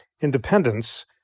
independence